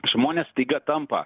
žmonės staiga tampa